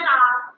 off